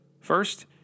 First